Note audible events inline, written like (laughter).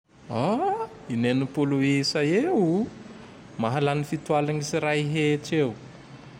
(hesitation) (noise) Inenimpolo isa eo o! Mahalany fito aligne sy ray hetsy eo. (noise)